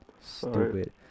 stupid